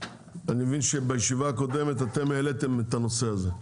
אני מבין שבישיבה הקודמת אתם העליתם את הנושא הזה,